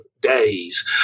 days